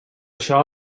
això